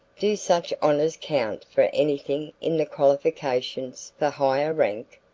do such honors count for anything in the qualifications for higher rank?